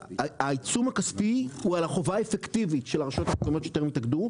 שהעיצום הכספי הוא על החובה האפקטיבית של הרשויות המקומיות שטרם התאחדו,